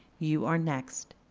you are next.